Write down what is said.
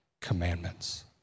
commandments